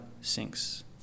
sinks